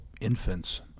infants